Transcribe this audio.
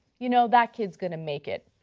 you know that kid is going to make it.